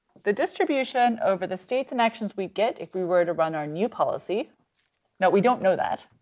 the distribution over the states and actions we'd get if we were to run our new policy. now we don't know that.